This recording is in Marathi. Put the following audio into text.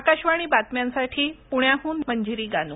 आकाशवाणी बातम्यांसाठी पुण्याहून मंजिरी गानू